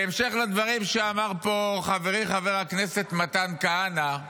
בהמשך לדברים שאמר פה חברי חבר הכנסת מתן כהנא,